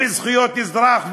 וזכויות אזרח,